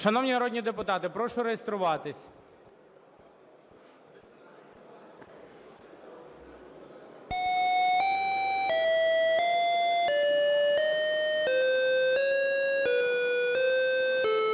Шановні народні депутати, прошу реєструватися.